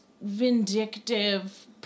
vindictive